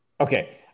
Okay